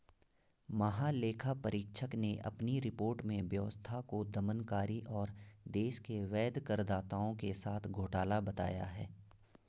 महालेखा परीक्षक ने अपनी रिपोर्ट में व्यवस्था को दमनकारी और देश के वैध करदाताओं के साथ घोटाला बताया है